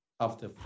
after-